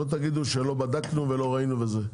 שלא תגידו שלא בדקנו ולא ראינו וזה.